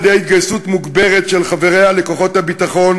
על-ידי התגייסות מוגברת של חבריה לכוחות הביטחון